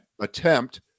attempt